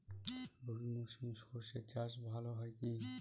রবি মরশুমে সর্ষে চাস ভালো হয় কি?